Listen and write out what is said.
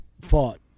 fought